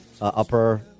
upper